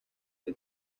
que